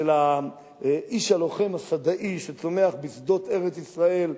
של האיש הלוחם, השׂדאי, שצומח בשדות ארץ-ישראל,